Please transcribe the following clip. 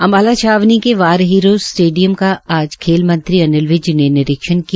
अम्बाला छावनी के war heroes stadium का आज खेल मंत्री अनिल विज ने निरीक्षण किया